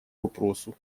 вопросу